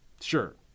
Sure